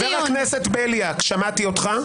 חבר הכנסת בליאק, שמעתי אותך.